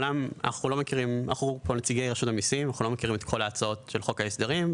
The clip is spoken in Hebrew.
אנחנו נציגי רשות המסים; אנחנו לא מכירים את כל ההצעות של חוק ההסדרים.